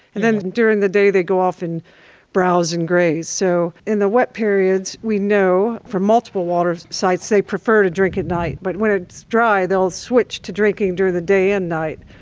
and then during the day they go off and browse and graze. so in the wet periods we know from multiple water sites they prefer to drink at night, but when it's dry they will switch to drinking during the day and night.